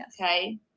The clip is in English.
Okay